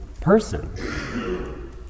person